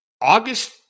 August